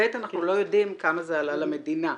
ב', אנחנו לא יודעים כמה זה עלה למדינה.